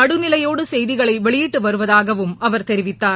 நடுநிலையோடு செய்திகளை வெளியிட்டு வருவதாகவும் அவர் தெரிவித்தார்